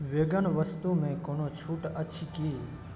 vegan वस्तुमे कोनो छूट अछि कि